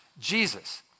Jesus